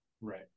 right